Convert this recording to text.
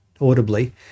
audibly